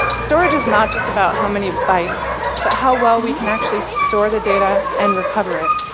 storage is not just about how many bytes but how well we can actually store the data and recover it.